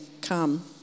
come